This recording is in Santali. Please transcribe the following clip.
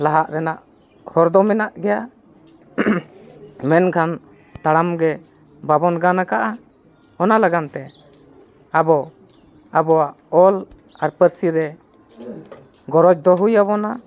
ᱞᱟᱦᱟᱜ ᱨᱮᱱᱟᱜ ᱦᱚᱨ ᱫᱚ ᱢᱮᱱᱟᱜ ᱜᱮᱭᱟ ᱢᱮᱱᱠᱷᱟᱱ ᱛᱟᱲᱟᱢ ᱜᱮ ᱵᱟᱵᱚᱱ ᱜᱟᱱ ᱠᱟᱜᱼᱟ ᱚᱱᱟ ᱞᱟᱜᱟᱱ ᱛᱮ ᱟᱵᱚ ᱟᱵᱚᱣᱟᱜ ᱚᱞ ᱟᱨ ᱯᱟᱹᱨᱥᱤ ᱨᱮ ᱜᱚᱨᱚᱡᱽ ᱫᱚ ᱦᱩᱭ ᱟᱵᱚᱱᱟ